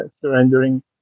surrendering